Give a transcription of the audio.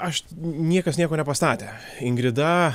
aš niekas nieko nepastatė ingrida